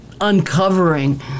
uncovering